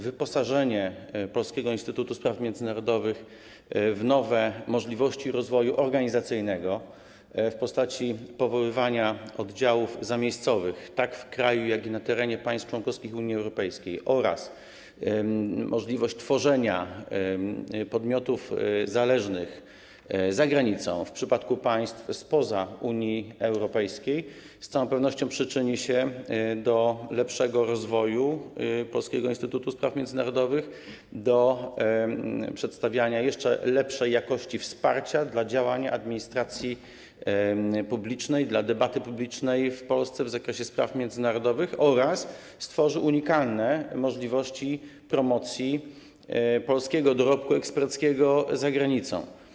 Wyposażenie Polskiego Instytutu Spraw Międzynarodowych w nowe możliwości rozwoju organizacyjnego w postaci powoływania oddziałów zamiejscowych, tak w kraju, jak i na terenie państw członkowskich Unii Europejskiej, oraz tworzenia podmiotów zależnych za granicą w przypadku państw spoza Unii Europejskiej z całą pewnością przyczyni się do lepszego rozwoju Polskiego Instytutu Spraw Międzynarodowych, do przedstawiania jeszcze lepszej jakości wsparcia dla działania administracji publicznej, dla debaty publicznej w Polsce w zakresie spraw międzynarodowych oraz stworzy unikalne możliwości promocji polskiego dorobku eksperckiego za granicą.